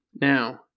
Now